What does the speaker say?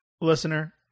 listener